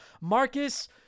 Marcus